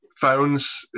phones